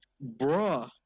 bro